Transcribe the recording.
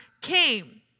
came